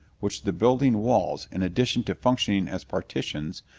which the building walls, in addition to functioning as partitions,